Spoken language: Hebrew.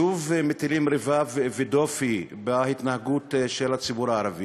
שוב מטילים רבב ודופי בהתנהגות של הציבור הערבי